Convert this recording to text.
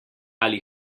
ali